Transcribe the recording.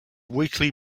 weekly